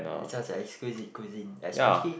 it's such an exquisite cuisine especially